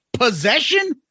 Possession